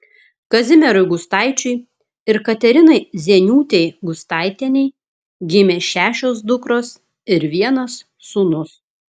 kazimierui gustaičiui ir katerinai zieniūtei gustaitienei gimė šešios dukros ir vienas sūnus